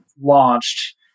launched